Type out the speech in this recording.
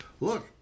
look